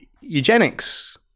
eugenics